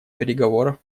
переговорах